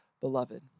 beloved